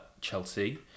Chelsea